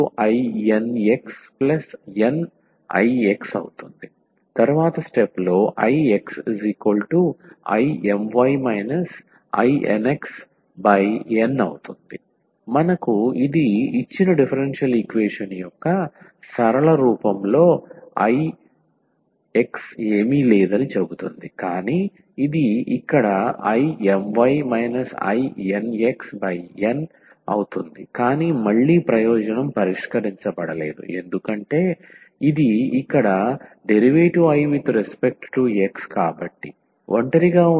IMyINxNIx IxIMy INxN మనకు ఇది ఇచ్చిన డిఫరెన్షియల్ ఈక్వేషన్ యొక్క సరళమైన రూపంలో I x ఏమీ లేదని చెబుతుంది కానీ ఇది ఇక్కడ IMy INxN కానీ మళ్ళీ ప్రయోజనం పరిష్కరించబడలేదు ఎందుకంటే ఇది ఇక్కడ dIdx ఒంటరిగా ఉన్న ఒక ఫంక్షన్ x